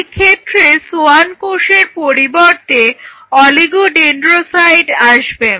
এক্ষেত্রে সোয়ান কোষের পরিবর্তে অলিগো ডেনড্রোসাইট আসবে